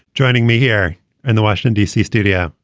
joining me here in the washington d c. studio.